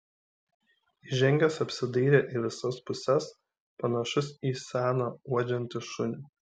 įžengęs apsidairė į visas puses panašus į seną uodžiantį šunį